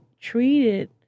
treated